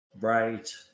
Right